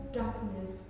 darkness